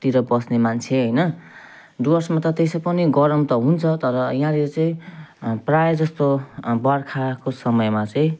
तिर बस्ने मान्छे होइन डुवर्समा त त्यसै पनि गरम त हुन्छ तर यहाँनिर चाहिँ प्रायःजस्तो बर्खाको समयमा चाहिँ